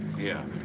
yeah.